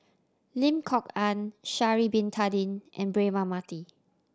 Lim Kok Ann Sha'ari Bin Tadin and Braema Mathi